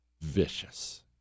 vicious